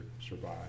survive